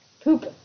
Poop